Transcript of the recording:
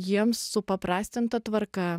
jiems supaprastinta tvarka